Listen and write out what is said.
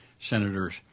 senators